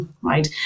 right